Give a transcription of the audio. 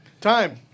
Time